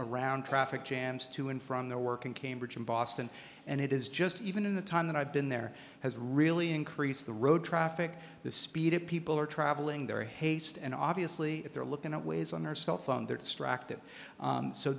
around traffic jams to and from their work in cambridge and boston and it is just even in the time that i've been there has really increased the road traffic the speed of people are traveling their haste and obviously if they're looking at ways on their cell phone they're distracted